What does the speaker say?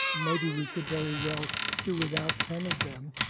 maybe we could very well do without ten of them,